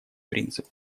принцип